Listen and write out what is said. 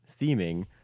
theming